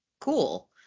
cool